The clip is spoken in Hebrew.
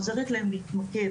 עוזרת להם להתמקד,